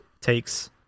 takes